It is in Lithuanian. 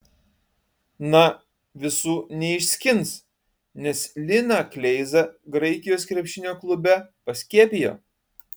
na visų neišskins nes liną kleizą graikijos krepšinio klube paskiepijo